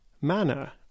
manner